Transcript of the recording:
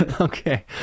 Okay